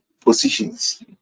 positions